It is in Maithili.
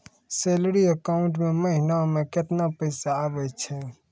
सैलरी अकाउंट मे महिना मे केतना पैसा आवै छौन?